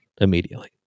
Immediately